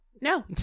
No